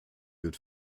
wird